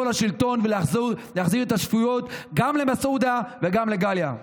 לשלטון ולהחזיר את השפיות גם למסעודה וגם לגליה.